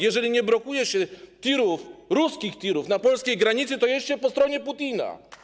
Jeżeli nie blokuje się tirów, ruskich tirów na polskiej granicy, to jest się po stronie Putina.